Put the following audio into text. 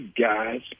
guys